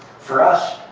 for us,